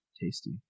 tasty